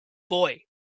boy